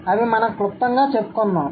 అవి మనం క్లుప్తంగా చెప్పుంకుందాం